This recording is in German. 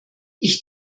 ich